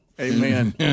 Amen